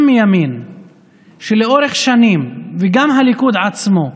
גם מימין וגם הליכוד עצמו,